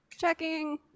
checking